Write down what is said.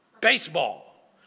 baseball